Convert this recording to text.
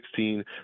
2016